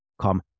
come